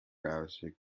browser